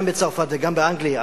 גם בצרפת וגם באנגליה.